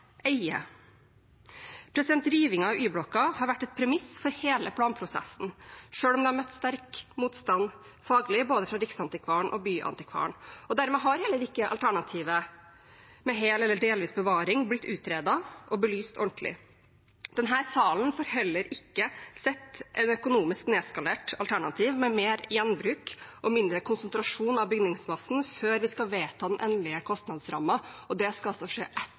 av Y-blokka har vært et premiss for hele planprosessen, selv om det har møtt sterk motstand faglig fra både Riksantikvaren og Byantikvaren, og dermed har heller ikke alternativet med hel eller delvis bevaring blitt utredet og belyst ordentlig. Denne salen får heller ikke sett et økonomisk nedskalert alternativ med mer gjenbruk og mindre konsentrasjon av bygningsmassen før vi skal vedta den endelige kostnadsrammen, og det skal altså skje etter